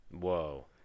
Whoa